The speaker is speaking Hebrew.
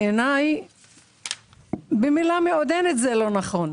אבל בעיני מה שאמרת הוא לא נכון.